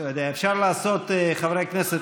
חברי הכנסת,